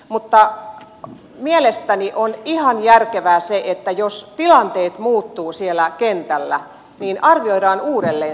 mutta mielestäni on ihan järkevää se että jos tilanteet muuttuvat siellä kentällä niin hanke arvioidaan uudelleen